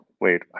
wait